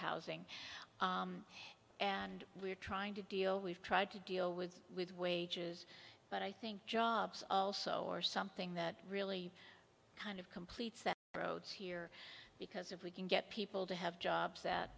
housing and we're trying to deal we've tried to deal with with wages but i think jobs also or something that really kind of completes that approach here because if we can get people to have jobs that